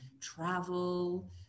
travel